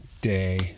day